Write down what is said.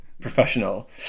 professional